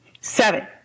Seven